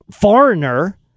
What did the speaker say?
foreigner